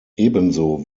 ebenso